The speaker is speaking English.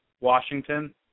Washington